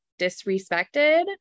disrespected